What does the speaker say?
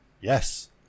yes